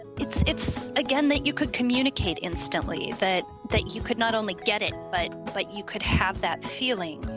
it's it's again, that you could communicate instantly that that you could not only get it, but but you could have that feeling,